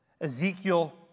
Ezekiel